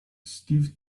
steve